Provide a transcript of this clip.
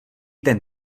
ten